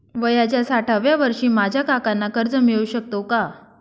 वयाच्या साठाव्या वर्षी माझ्या काकांना कर्ज मिळू शकतो का?